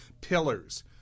pillars